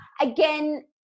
Again